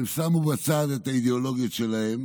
הם שמו בצד את האידיאולוגיות שלהם